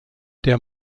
der